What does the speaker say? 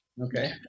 Okay